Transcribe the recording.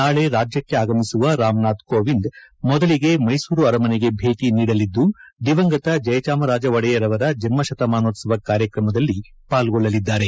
ನಾಳೆ ರಾಜ್ಯಕ್ಕೆ ಆಗಮಿಸುವ ರಾಮನಾಥ್ ಕೋವಿಂದ್ ಮೊದಲಿಗೆ ಮೈಸೂರು ಅರಮನೆಗೆ ಭೇಟಿ ನೀಡಲಿದ್ದುದಿವಂಗತ ಜಯಚಾಮರಾಜ ಒಡೆಯರ್ ಅವರ ಜನ್ಮ ಶತಮಾನೋತ್ಸವ ಕಾರ್ಯಕ್ರಮದಲ್ಲಿ ಪಾಲ್ಗೊಳ್ಳಲಿದ್ದಾರೆ